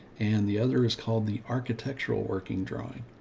and the other is called the architectural working drawing.